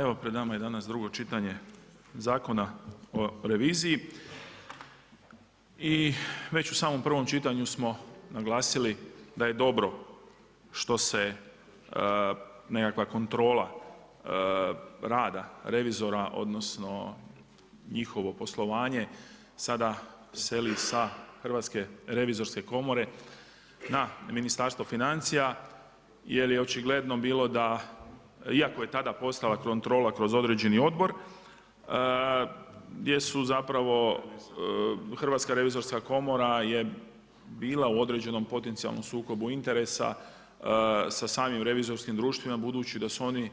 Evo pred nama je danas drugo čitanje Zakona o reviziji i već u samom prvom čitanju smo naglasili da je dobro što se nekakva kontrola rada revizora odnosno njihovo poslovanje sada seli sa Hrvatske revizorske komore na Ministarstvo financija jer je očigledno bilo da, iako je tad postojala kontrola kroz određeni odbor gdje su Hrvatska revizorska komora je bila u određenom potencijalnom sukobu interesa sa samim revizorskim društvima budući da su oni